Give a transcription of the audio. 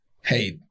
hey